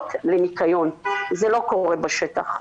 שעות לניקיון, זה לא קורה בשטח,